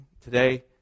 today